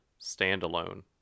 standalone